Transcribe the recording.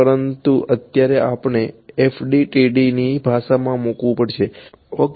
પરંતુ અત્યારે આપણે તેને FDTDની ભાષામાં મુકવું પડશે ઓકે